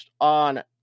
on